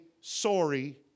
sorry